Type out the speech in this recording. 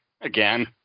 again